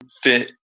fit